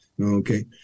Okay